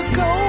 go